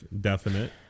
definite